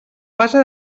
base